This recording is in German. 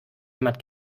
jemand